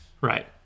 Right